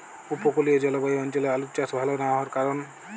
উপকূলীয় জলবায়ু অঞ্চলে আলুর চাষ ভাল না হওয়ার কারণ?